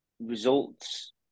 results